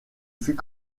fut